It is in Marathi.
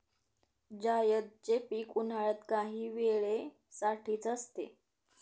जायदचे पीक उन्हाळ्यात काही वेळे साठीच असते